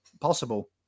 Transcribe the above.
possible